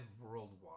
worldwide